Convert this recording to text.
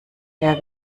der